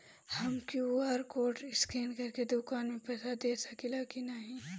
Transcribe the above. हम QR code scan करके दुकान में पईसा दे सकेला की नाहीं?